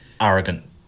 arrogant